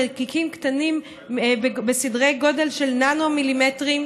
חלקיקים קטנים בסדרי גודל של ננו-מילימטרים,